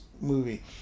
movie